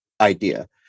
idea